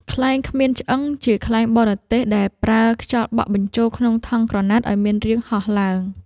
ខ្លែងគ្មានឆ្អឹង ជាខ្លែងបរទេសដែលប្រើខ្យល់បក់បញ្ចូលក្នុងថង់ក្រណាត់ឱ្យមានរាងហោះឡើង។